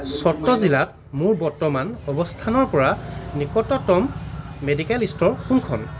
চত্ৰ জিলাত মোৰ বৰ্তমান অৱস্থানৰপৰা নিকটতম মেডিকেল ষ্ট'ৰ কোনখন